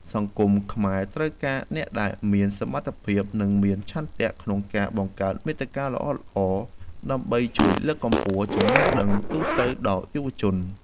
សង្គមខ្មែរត្រូវការអ្នកដែលមានសមត្ថភាព និងមានឆន្ទៈក្នុងការបង្កើតមាតិកាល្អៗដើម្បីជួយលើកកម្ពស់ចំណេះដឹងទូទៅដល់យុវជន។